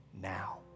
now